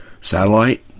Satellite